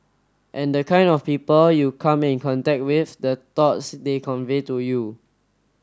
and the kind of people you come in contact with the thoughts they convey to you